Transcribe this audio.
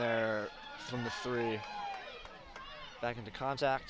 the three back into contact